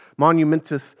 monumentous